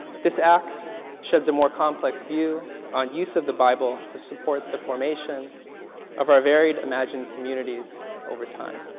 this act shed the more complex view on use of the bible to support the formation of our varied imagined communities over time.